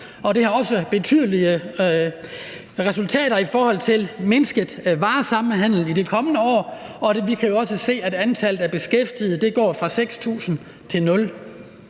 det har også betydelige konsekvenser i forhold til en mindsket samhandel i det kommende år, og vi kan også se, at antallet af beskæftigede går fra 6.000 til 0.